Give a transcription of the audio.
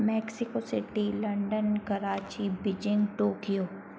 Mexico city London Karachi Beijing Tokyo